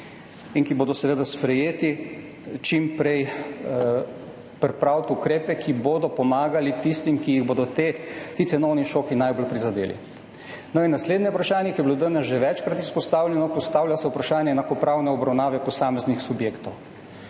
in ki bodo seveda sprejeti, čim prej pripraviti ukrepe, ki bodo pomagali tistim, ki jih bodo ti cenovni šoki najbolj prizadeli. No, in naslednje vprašanje, ki je bilo danes že večkrat izpostavljeno, postavlja se vprašanje enakopravne obravnave posameznih subjektov.